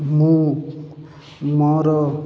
ମୁଁ ମୋର